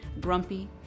grumpy